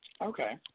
Okay